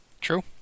True